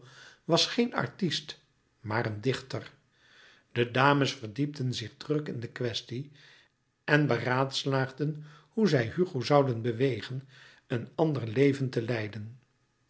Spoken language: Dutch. was geen artist maar een dichter de dames verdiepten zich druk in de kwestie en beraadslaagden hoe zij hugo zouden bewegen een ander leven te leiden